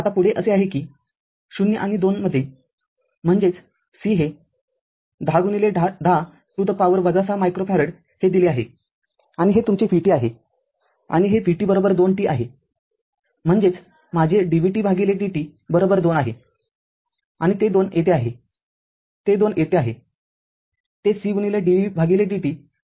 आतापुढे असे आहे कि ० आणि २ मध्ये म्हणजेच C हे १०१० to the power ६ मायक्रोफॅरड हे दिले आहे आणि हे तुमचे vt आहे आणि हे vt २t आहेम्हणजेचमाझे dvt भागिले dt २ आहे आणि ते २ येथे आहे ते २ येथे आहे ते C dvdt ते २ आहे